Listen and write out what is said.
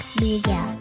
media